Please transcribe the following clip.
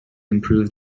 improve